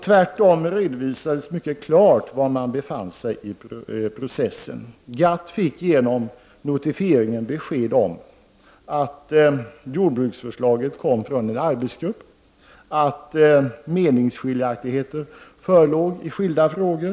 Tvärtom redovisas mycket klart var man befann sig i processen. GATT fick genom notifieringen besked om att förslaget till jordbrukspolitik kom från en arbetsgrupp och att meningsskiljaktigheter förelåg i skilda frågor.